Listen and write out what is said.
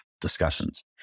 discussions